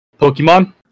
Pokemon